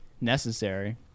Necessary